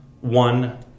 one